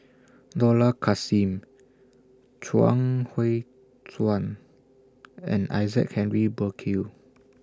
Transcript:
Dollah Kassim Chuang Hui Tsuan and Isaac Henry Burkill